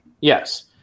Yes